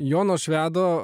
jono švedo